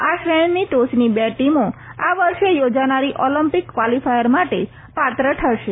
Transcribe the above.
આ શ્રેણીની ટોચની બે ટિમો આ વર્ષે યોજાનારી ઓલેમ્પીક કવાલીફાયર માટે પાત્ર ઠરશે